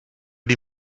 die